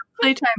playtime